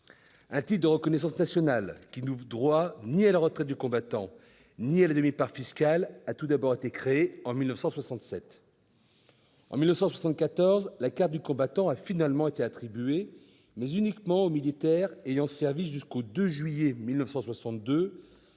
Un titre de reconnaissance nationale qui n'ouvre droit ni à la retraite du combattant ni à la demi-part fiscale a tout d'abord été créé en 1967. En 1974, la carte du combattant a finalement été attribuée, mais uniquement aux militaires ayant servi jusqu'au 2 juillet 1962,